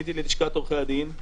פניתי ללשכת עורכי הדין,